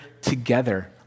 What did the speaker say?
together